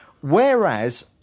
Whereas